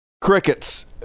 Crickets